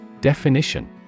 Definition